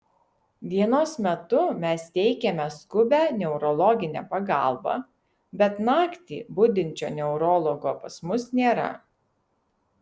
dienos metu mes teikiame skubią neurologinę pagalbą bet naktį budinčio neurologo pas mus nėra